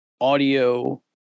audio